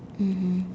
mmhmm